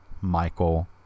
Michael